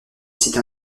site